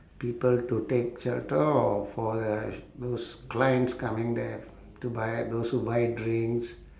people to take shelter or for the sh~ those clients coming there to buy those who buy drinks